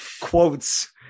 quotes